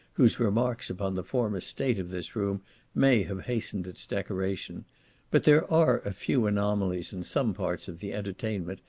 whose remarks upon the former state of this room may have hastened its decoration but there are a few anomalies in some parts of the entertainment,